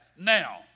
now